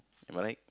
am I right